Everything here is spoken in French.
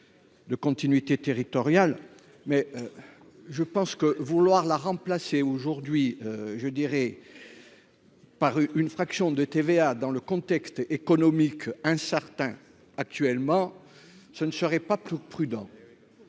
de continuité territoriale mais je pense que vouloir la remplacer, aujourd'hui je dirais par une fraction de TVA dans le contexte économique incertain, actuellement, ce ne serait pas plus prudent